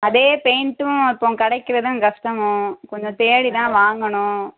அதே பெயிண்ட்டும் இப்போது கிடைக்கிறதும் கஷ்டமும் கொஞ்சம் தேடி தான் வாங்கணும்